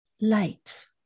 lights